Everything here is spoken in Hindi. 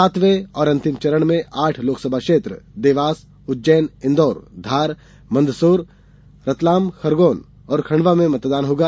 सातवें और अन्तिम चरण में आठ लोकसभा क्षेत्र देवास उज्जैन इंदौर धार मन्दसौर रतलाम खरगौन और खण्डवा में मतदान होगा